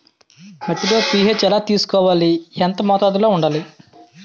మట్టిలో పీ.హెచ్ ఎలా తెలుసుకోవాలి? ఎంత మోతాదులో వుండాలి?